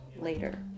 later